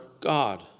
God